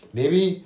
maybe